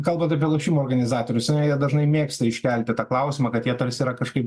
kalbant apie lošimų organizatorius jie dažnai mėgsta iškelti tą klausimą kad jie tarsi yra kažkaip